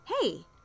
hey